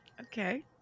Okay